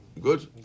Good